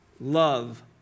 Love